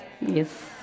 Yes